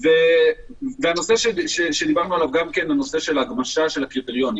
הדבר השלישי הוא הגמשת הקריטריונים.